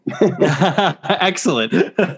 excellent